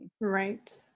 Right